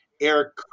Eric